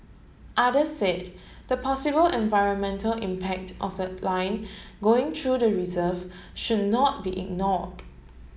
others said the possible environmental impact of the line going through the reserve should not be ignored